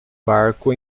barco